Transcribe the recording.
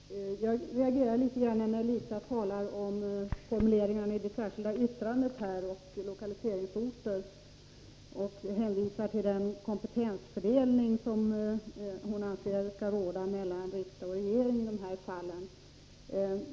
Herr talman! Jag reagerar litet när Lisa Mattson talar om formuleringarna i det särskilda yttrandet, om lokaliseringsorter, och hänvisar till den kompetensfördelning hon anser bör råda mellan riksdag och regering i de här fallen.